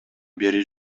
бери